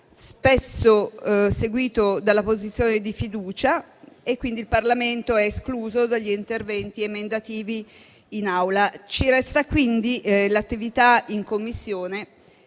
spesso seguito dalla posizione della questione di fiducia, quindi il Parlamento è escluso dagli interventi emendativi in Aula. Ci resta quindi l'attività in Commissione,